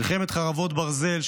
מלחמת חרבות ברזל,